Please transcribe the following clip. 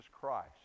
christ